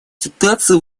ситуация